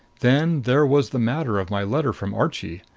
then there was the matter of my letter from archie.